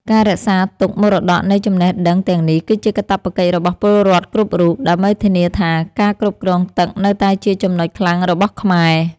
ការរក្សាទុកមរតកនៃចំណេះដឹងទាំងនេះគឺជាកាតព្វកិច្ចរបស់ពលរដ្ឋគ្រប់រូប ដើម្បីធានាថាការគ្រប់គ្រងទឹកនៅតែជាចំណុចខ្លាំងរបស់ខ្មែរ។